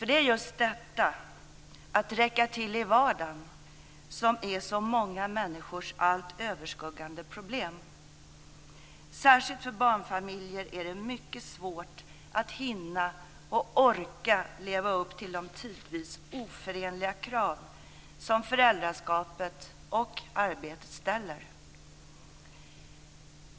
Det är just detta - att räcka till i vardagen - som är så många människors allt överskuggande problem. Särskilt för barnfamiljer är det mycket svårt att hinna och orka leva upp till de tidvis oförenliga krav som föräldraskapet och arbetet ställer.